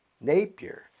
Napier